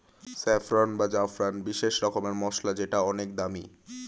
saffron বা জাফরান বিশেষ রকমের মসলা যেটা অনেক দামি